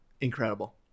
Incredible